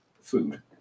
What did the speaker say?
food